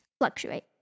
fluctuate